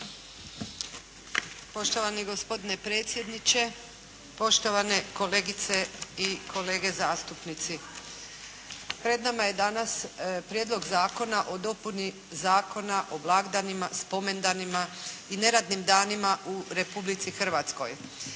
Poštovani gospodine predsjedniče, poštovane kolegice i kolege zastupnici. Pred nama je danas Prijedlog zakona o dopuni Zakona o blagdanima, spomendanima i neradnim danima u Republici Hrvatskoj,